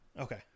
Okay